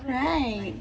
right